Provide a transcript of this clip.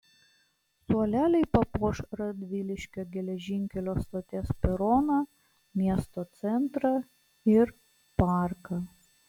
suoleliai papuoš radviliškio geležinkelio stoties peroną miesto centrą ir parką